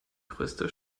größte